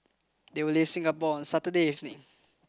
they will leave Singapore on Saturday evening